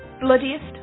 bloodiest